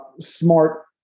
smart